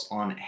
on